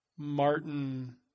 Martin